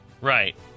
Right